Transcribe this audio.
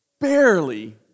barely